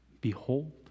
Behold